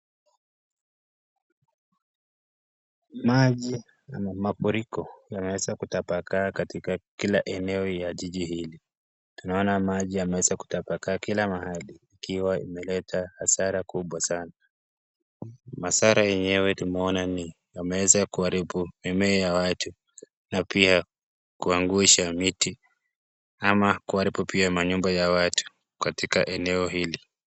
Maji ama mafuriko yameweza kutapakaa katika kila eneo ya jiji hili. Tunaona maji yameweza kutapakaa kila mahali ikiwa imeleta hasara kubwa sana. Hasara yenyewe tumeona ni yameweza kuharibu mimea ya watu na pia kuangusha miti ama kuaribu pia manyumba ya watu katika eneo hili.